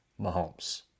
mahomes